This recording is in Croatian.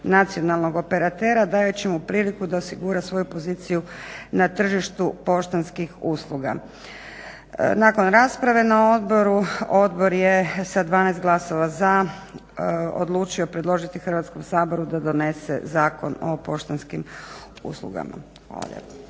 nacionalnog operatera dajući mu priliku da osigura svoju poziciju na tržištu poštanskih usluga. Nakon rasprave na odboru odbor je sa 12 glasova za odlučio predložiti Hrvatskom saboru da donese Zakon o poštanskim uslugama. Hvala lijepa.